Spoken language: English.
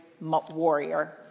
warrior